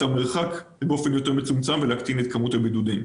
המרחק באופן יותר מצומצם ולהקטין את כמות הבידודים.